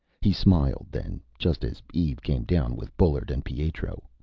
he smiled then, just as eve came down with bullard and pietro.